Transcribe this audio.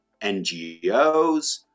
NGOs